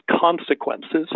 consequences